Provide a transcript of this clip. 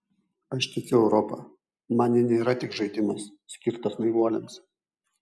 aš tikiu europa man ji nėra tik žaidimas skirtas naivuoliams